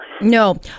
No